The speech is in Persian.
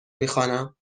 میخوانم